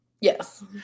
Yes